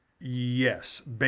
Yes